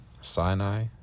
Sinai